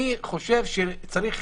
אני חושב שצריך